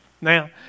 now